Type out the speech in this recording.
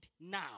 now